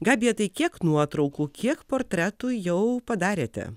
gabija tai kiek nuotraukų kiek portretų jau padarėte